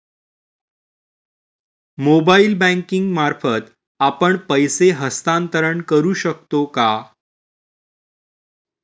Mobile banking मार्फत आपण पैसे हस्तांतरण करू शकतो का?